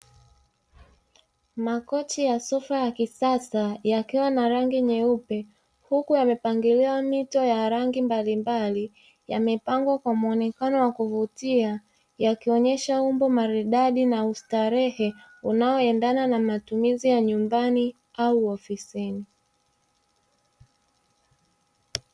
Makochi ya sofa ya kisasa yakiwa na rangi nyeupe, huku yamepangiliwa mito ya rangi mbalimbali. Yamepangwa kwa muonekano wa kuvutia, yakionyesha umbo maridadi na ustarehe unaoendana na matumizi ya nyumbani au ofisini.